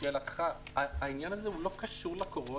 לשאלתך, העניין הזה לא קשור לקורונה.